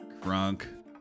crunk